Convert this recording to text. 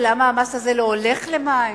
ולמה המס הזה לא הולך למים?